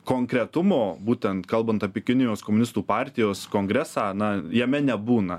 konkretumo būtent kalbant apie kinijos komunistų partijos kongresą na jame nebūna